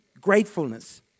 gratefulness